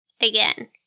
Again